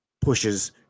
pushes